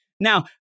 Now